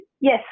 yes